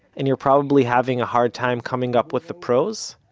and you're probably having a hard time coming up with the pros?